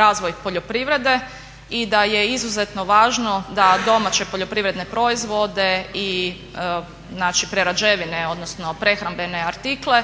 razvoj poljoprivrede i da je izuzetno važno da domaće poljoprivredne proizvode i znači prerađevine, odnosno prehrambene artikle